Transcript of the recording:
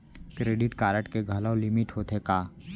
Credit card के घलव limit होथे का?